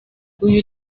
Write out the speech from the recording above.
uyu